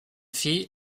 fille